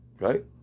Right